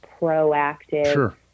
proactive